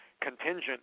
contingent